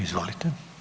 Izvolite.